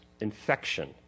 infection